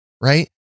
right